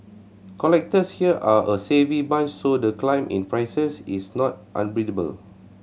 collectors here are a savvy bunch so the climb in prices is not